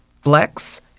flex